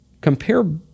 compare